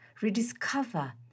rediscover